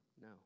No